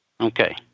okay